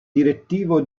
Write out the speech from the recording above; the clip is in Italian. direttivo